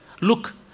Look